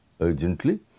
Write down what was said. urgently